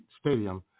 stadium